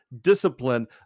discipline